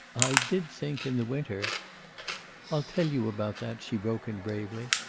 i did think, in the winter i'll tell you about that, she broke in, bravely.